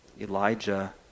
Elijah